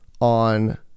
on